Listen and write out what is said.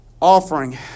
offering